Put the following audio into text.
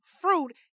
fruit